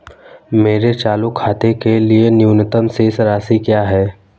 मेरे चालू खाते के लिए न्यूनतम शेष राशि क्या है?